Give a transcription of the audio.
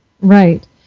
Right